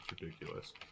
Ridiculous